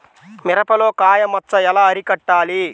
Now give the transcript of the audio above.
మిరపలో కాయ మచ్చ ఎలా అరికట్టాలి?